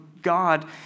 God